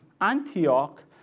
Antioch